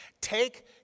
Take